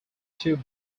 two